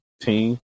team